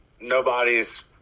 nobody's